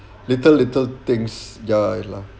little little things ya allah